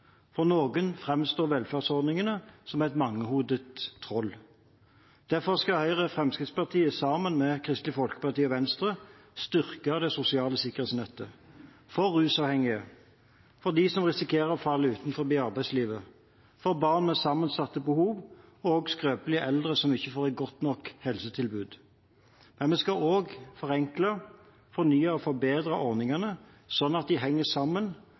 For noen framstår velferdsordningene som et mangehodet troll. Derfor skal Høyre og Fremskrittspartiet, sammen med Kristelig Folkeparti og Venstre, styrke det sosiale sikkerhetsnettet – for rusavhengige, for dem som risikerer å falle utenfor arbeidslivet, for barn med sammensatte behov og for skrøpelige eldre som ikke får et godt nok helsetilbud. Men vi skal også forenkle, fornye og forbedre ordningene, slik at de henger sammen